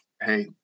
Hey